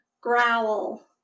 growl